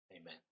amen